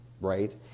right